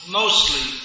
mostly